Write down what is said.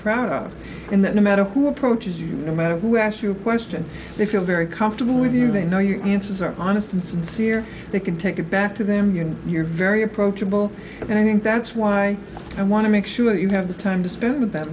proud of in that no matter who approaches you no matter who asks you a question they feel very comfortable with you they know you're answers are honest and sincere they can take it back to them you know you're very approachable and i think that's why i want to make sure you have the time to spend with th